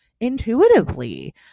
intuitively